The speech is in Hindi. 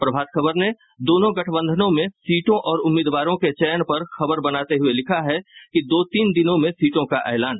प्रभात खबर ने दोनों गठबंधनों में सीटों और उम्मीदवारों के चयन पर खबर बनाते हुये लिखा है दो तीन दिनों में सीटों का एलान